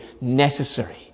necessary